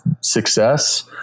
success